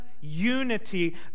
unity